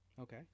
Okay